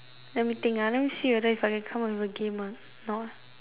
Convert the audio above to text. let me think ah let me see whether if I can come up with a game or not now